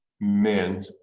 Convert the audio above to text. men